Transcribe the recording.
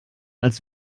als